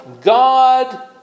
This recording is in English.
God